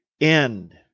end